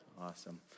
Awesome